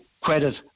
credit